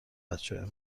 بچه